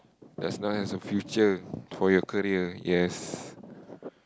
does not has a future for your career yes